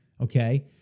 okay